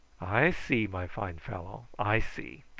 i see, my fine fellow, i see.